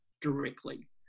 directly